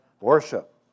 worship